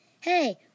Hey